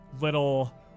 little